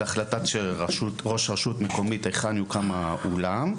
זה נתון להחלטת ראש רשות מקומית היכן האולם יוקם.